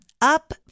Up